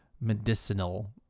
medicinal